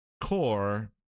Core